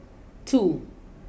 two